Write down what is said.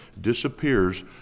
disappears